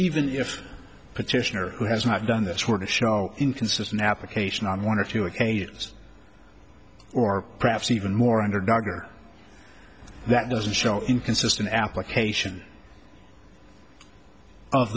even if petitioner who has not done this sort of inconsistent application on one or two occasions or perhaps even more underdog or that doesn't show inconsistent application of